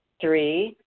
Three